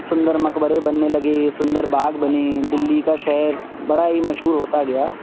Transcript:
سندر مقبرے بننے لگے سندر باغ بنے دلی کا شہر بڑا ہی مشہور ہوتا گیا